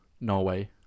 Norway